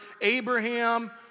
Abraham